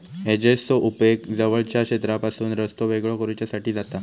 हेजेसचो उपेग जवळच्या क्षेत्रापासून रस्तो वेगळो करुच्यासाठी जाता